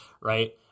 right